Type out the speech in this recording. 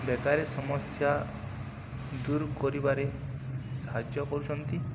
ବେକାରୀ ସମସ୍ୟା ଦୂର କରିବାରେ ସାହାଯ୍ୟ କରୁଛନ୍ତି